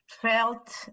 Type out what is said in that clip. felt